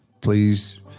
Please